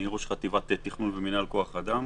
אני ראש חטיבת תכנון ומינהל כוח אדם.